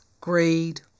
greed